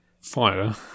fire